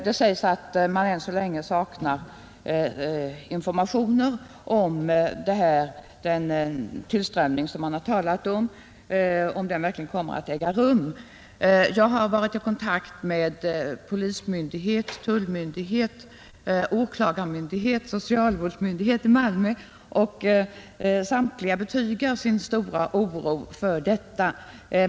Det sägs att man ännu så länge inte vet om den tillströmning som det har talats om verkligen kommer att äga rum. Jag har varit i kontakt med polismyndigheten, tullmyndigheten, åklagarmyndigheten och socialvårdsmyndigheten i Malmö, och samtliga betygar sin stora oro för detta.